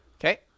Okay